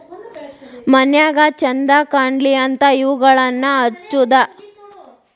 ಮನ್ಯಾಗ ಚಂದ ಕಾನ್ಲಿ ಅಂತಾ ಇವುಗಳನ್ನಾ ಹಚ್ಚುದ